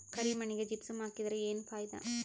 ಕರಿ ಮಣ್ಣಿಗೆ ಜಿಪ್ಸಮ್ ಹಾಕಿದರೆ ಏನ್ ಫಾಯಿದಾ?